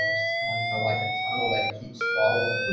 which is kind of like a tunnel that he keeps following.